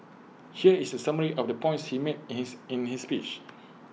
here is A summary of the points he made his in his speech